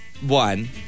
one